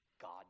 God